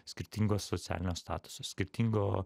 skirtingo socialinio statuso skirtingo